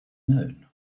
known